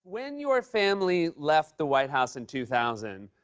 when your family left the white house in two thousand,